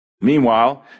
Meanwhile